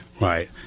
right